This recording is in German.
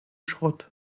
schrott